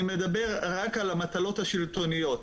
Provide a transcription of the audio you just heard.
אני מדבר רק על המטלות השלטוניות,